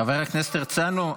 חבר הכנסת הרצנו,